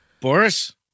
Boris